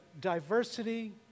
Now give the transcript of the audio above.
diversity